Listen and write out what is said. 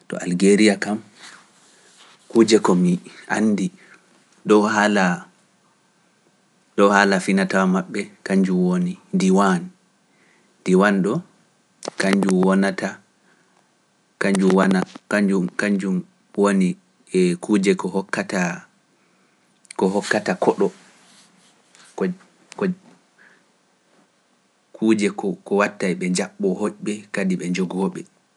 To Algeriya kam, kujje ko mi andi, ɗo haala finata maɓɓe, kanjum woni diwan, diwan ɗo, kanjum wonata, kanjum wona, kanjum, kanjum woni e kujje ko hokkata, ko hokkata koɗo, kujje ko wattay ɓe jaɓɓoo hoɗɓe kadi ɓe njogo ɓe.